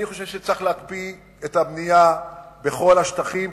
אני חושב שצריך להקפיא את הבנייה בכל השטחים,